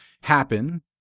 happen